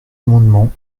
amendement